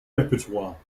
repertoire